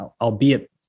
albeit